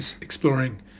exploring